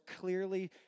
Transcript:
clearly